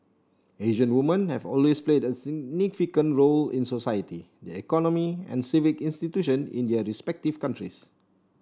Asian women have always played a significant role in society the economy and civic institution in their respective countries